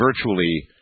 virtually